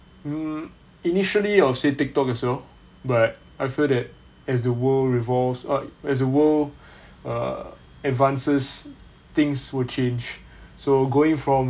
mm initially I'll say tik tok as well but I feel that as the world revolves uh as the world err advances things will change so going from